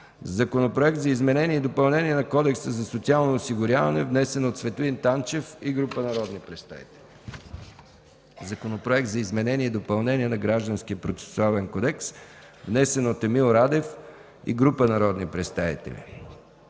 Законопроект за изменение и допълнение на Кодекса за социално осигуряване. Вносители – Светлин Танчев и група народни представители. Законопроект за изменение и допълнение на Гражданския процесуален кодекс. Вносители – Емил Радев и група народни представители.